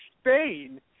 Spain